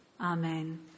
Amen